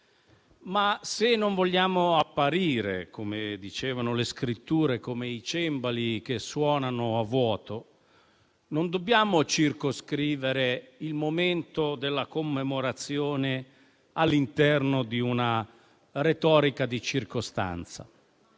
Ma, se non vogliamo apparire - come dicevano le Scritture, come i cembali che suonano a vuoto - non dobbiamo circoscrivere il momento della commemorazione all'interno di una retorica di circostanza.